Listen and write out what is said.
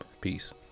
Peace